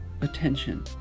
attention